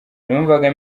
numvaga